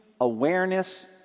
awareness